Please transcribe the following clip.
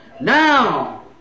Now